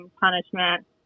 punishment